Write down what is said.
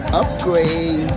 upgrade